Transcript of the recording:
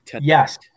Yes